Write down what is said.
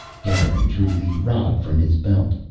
garin drew the rod from his belt.